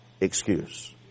excuse